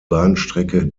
bahnstrecke